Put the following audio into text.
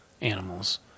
animals